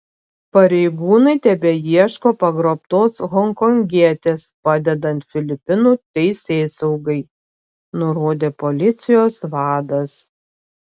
pareigūnai tebeieško pagrobtos honkongietės padedant filipinų teisėsaugai nurodė policijos vadas